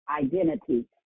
identity